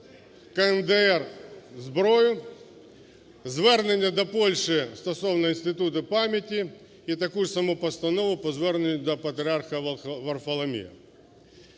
КНДР зброї, звернення до Польщі стосовно Інституту пам'яті і таку саму постанову по зверненню до Патріарха Варфоломія.